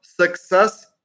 Success